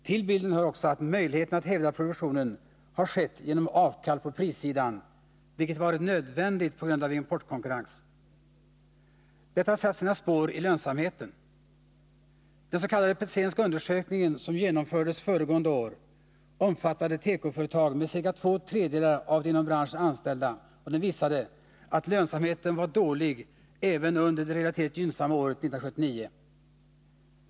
Till saken hör också att möjligheten att hävda produktionen har skapats genom att man gjort avkall på prissidan, vilket varit nödvändigt på grund av importkonkurrensen. Detta har satt sina spår i lönsamheten. Den s.k. petzenska undersökningen, som genomfördes föregående år och som omfattade tekoföretag med ca två tredjedelar av de inom branschen anställda, visade att lönsamheten var dålig även under det relativt gynnsamma året 1979.